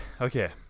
Okay